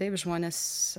taip žmonės